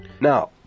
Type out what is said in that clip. now